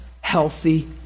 healthy